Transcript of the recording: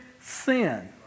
sin